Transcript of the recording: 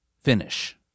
finish